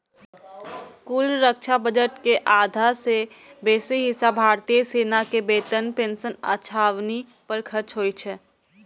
कुल रक्षा बजट के आधा सं बेसी हिस्सा भारतीय सेना के वेतन, पेंशन आ छावनी पर खर्च होइ छै